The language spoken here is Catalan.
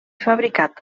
fabricat